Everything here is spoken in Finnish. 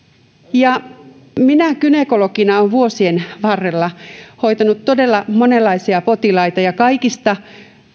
minä gynekologina olen vuosien varrella hoitanut todella monenlaisia potilaita ja kaikista